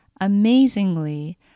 Amazingly